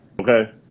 Okay